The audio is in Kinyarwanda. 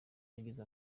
yagize